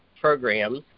programs